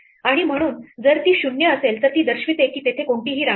आणि म्हणूनजर ती 0 असेल तर ती दर्शवते की तेथे कोणतीही राणी नाही